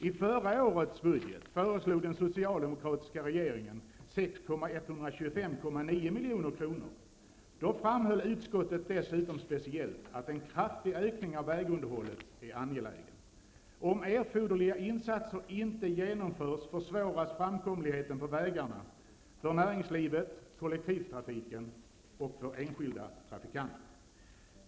I förra årets budget föreslog den socialdemokratiska regeringen 6 125,9 milj.kr. Då framhöll utskottet dessutom speciellt, att en kraftig ökning av vägunderhållet är angelägen. Om erforderliga insatser inte genomförs försvåras framkomligheten på vägarna för näringslivet, kollektivtrafiken och enskilda trafikanter.